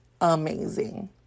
amazing